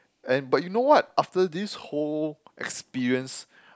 and but you know what after this whole experience